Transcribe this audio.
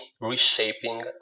reshaping